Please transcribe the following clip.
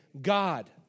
God